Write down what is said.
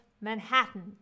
Manhattan